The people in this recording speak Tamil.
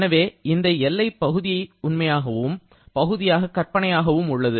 எனவே இந்த எல்லை பகுதியாக உண்மையானதாகவும் பகுதியாக கற்பனையாகவும் உள்ளது